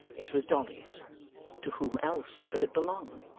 it was dolly's to whom else could it belong?